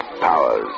powers